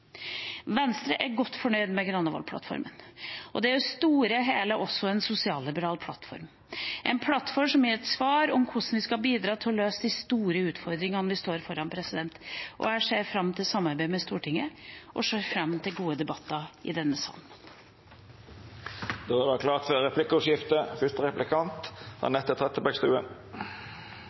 Venstre er godt fornøyd med Granavolden-plattformen. Det er i det store og hele også en sosialliberal plattform, en plattform som gir svar på hvordan vi skal bidra til å løse de store utfordringene vi står overfor. Jeg ser fram til samarbeid med Stortinget og til gode debatter i denne sal. Det vert replikkordskifte. Den nye likestillingsministeren snakket ikke om likestilling i innlegget sitt. Det kan jeg for